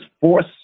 force